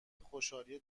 خوشحالی